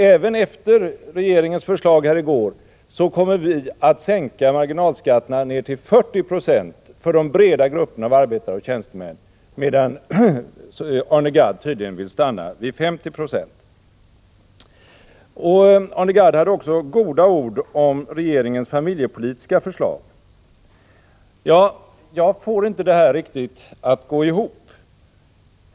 Även efter regeringens förslag här i går kommer vi att sänka marginalskatterna till 40 20 för de breda grupperna av arbetare och tjänstemän, medan Arne Gadd tydligen vill stanna vid 50 90. Arne Gadd hade också goda ord att säga om regeringens familjepolitiska förslag. Jag får inte det att gå ihop riktigt.